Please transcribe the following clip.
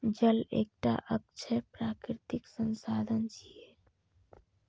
जल एकटा अक्षय प्राकृतिक संसाधन छियै